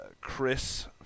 chris